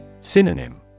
Synonym